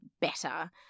better